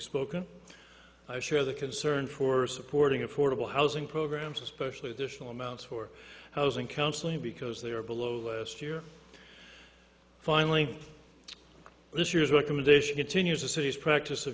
spoken i share the concern for supporting affordable housing programs especially additional amounts for housing counseling because they are below last year finally this year's recommendation continues a city's practice of